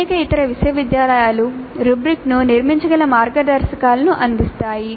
అనేక ఇతర విశ్వవిద్యాలయాలు రబ్రిక్లను నిర్మించగల మార్గదర్శకాలను అందిస్తాయి